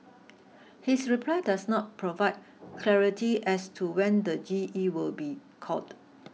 his reply does not provide clarity as to when the G E will be called